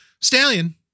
Stallion